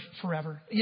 forever